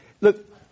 Look